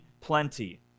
plenty